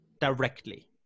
directly